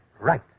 Right